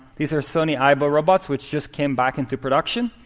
these are sony aibo robots, which just came back into production.